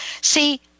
See